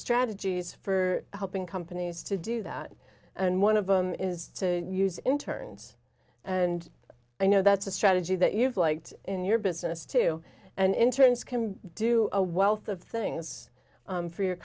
strategies for helping come needs to do that and one of them is to use interns and i know that's a strategy that you've liked in your business too and in turns can do a wealth of things for your